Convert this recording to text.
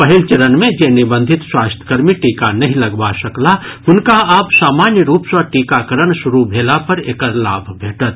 पहिल चरण मे जे निबंधित स्वास्थ्यकर्मी टीका नहि लगबा सकलाह हुनका आब सामान्य रूप सँ टीकाकरण शुरू भेला पर एकर लाभ भेटत